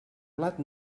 blat